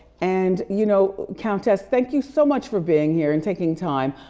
and you know, countess, thank you so much for being here and taking time.